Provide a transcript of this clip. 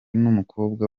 n’umukobwa